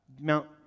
Mount